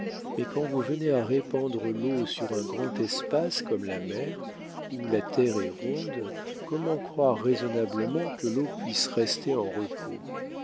mais quand vous venez à répandre l'eau sur un grand espace comme la mer où la terre est ronde comment croire raisonnablement que l'eau puisse rester en repos